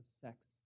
sex